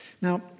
Now